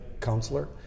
counselor